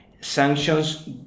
sanctions